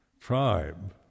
tribe